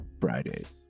fridays